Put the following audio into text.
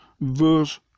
verse